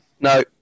No